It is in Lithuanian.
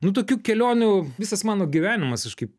nu tokių kelionių visas mano gyvenimas aš kaip